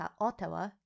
Ottawa